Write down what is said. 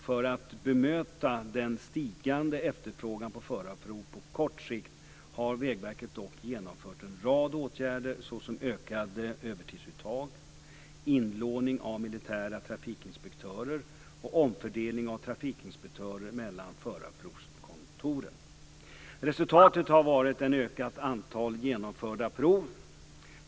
För att bemöta den stigande efterfrågan på förarprov på kort sikt har Vägverket dock genomfört en rad åtgärder såsom ökade övertidsuttag, inlåning av militära trafikinspektörer och omfördelning av trafikinspektörer mellan förarprovskontoren. Resultatet har varit ett ökat antal genomförda prov.